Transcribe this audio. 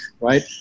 right